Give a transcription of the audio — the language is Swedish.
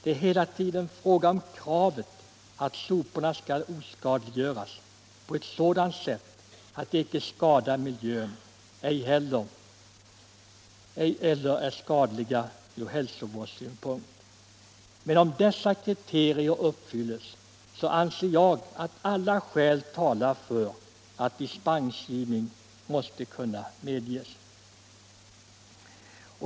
Det är hela tiden fråga om kravet på att soporna skall oskadliggöras på ett sådant sätt att de inte förstör miljön eller är farliga från hälsovårdssynpunkt. Om dessa kriterier uppfylls, anser jag att alla skäl talar för att dispens måste kunna medges.